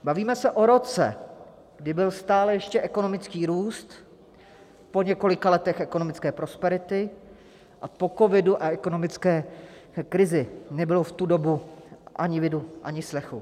Bavíme se o roce, kdy byl stále ještě ekonomický růst po několika letech ekonomické prosperity a po covidu a ekonomické krizi nebylo v tu dobu ani vidu, ani slechu.